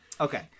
Okay